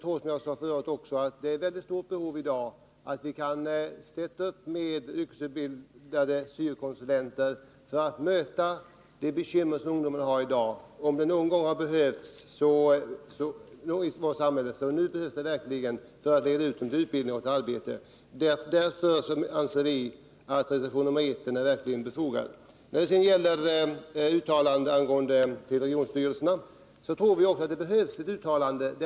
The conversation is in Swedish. Det är, som jag förut sade, ett mycket stort behov i dag av att med hjälp av syo-konsulenter stötta upp med yrkesutbildning — för att klara bekymmer som ungdomarna har i dag. Om det har behövts någon i vårt samhälle för att leda ungdomarna till utbildning och arbete, så är det nu. Därför anser vi att reservation 1 verkligen är befogad. När det sedan gäller ett uttalande avseende regionstyrelserna tror vi att det behövs ett sådant.